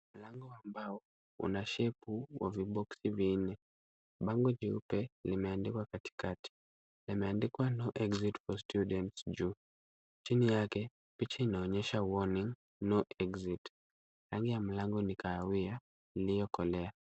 Mlango wa mbao una shepu wa viboksi vinne. Bango jeupe limeandikwa katikati. Limeandikwa no exit for student juu. Chini yake picha inaonyesha warning, no exit . Rangi ya mlango ni kahawia iliyokolea.